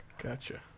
Gotcha